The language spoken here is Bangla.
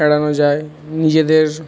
এড়ানো যায় নিজেদের